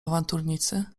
awanturnicy